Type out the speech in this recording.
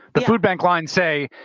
the food bank lines say,